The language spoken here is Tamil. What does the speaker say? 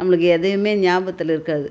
நம்மளுக்கு எதையுமே ஞாபகத்தில் இருக்காது